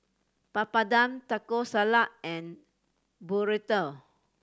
Papadum Taco Salad and Burrito